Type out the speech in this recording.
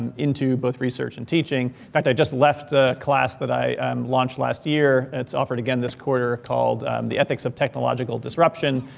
and into both research and teaching. but i just left the class that i launched last year. it's offered again this quarter called the ethics of technological disruption,